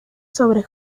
sobre